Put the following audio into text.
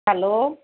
hello